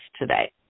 today